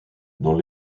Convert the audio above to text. dans